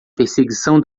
perseguição